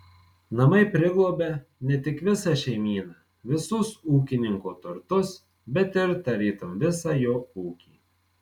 namai priglobia ne tik visą šeimyną visus ūkininko turtus bet ir tarytum visą jo ūkį